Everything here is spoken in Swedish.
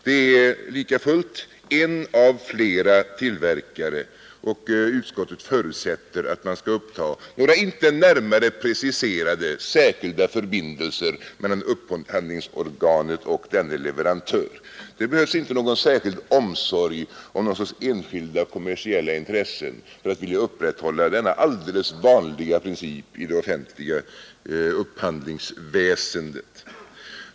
Det är likafullt en av flera tillverkare, och utskottet förutsätter att det skall upptas några inte närmare preciserade särskilda förbindelser mellan upphandlingsorganet och denne leverantör. Det behövs inte någon särskild omsorg om någon sorts enskilda kommersiella intressen för att vilja upprätthålla denna alldeles vanliga princip i det offentliga upphandlingsväsendet.